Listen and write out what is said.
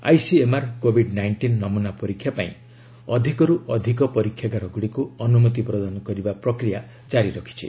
ICMR Covid nineteen ନମୁନା ପରୀକ୍ଷା ପାଇଁ ଅଧିକର୍ ଅଧିକ ପରୀକ୍ଷାଗାରଗୁଡ଼ିକୁ ଅନୁମତି ପ୍ରଦାନ କରିବା ପ୍ରକ୍ରିୟା କାରି ରଖିଛି